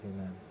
Amen